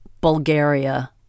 Bulgaria